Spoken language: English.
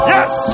Yes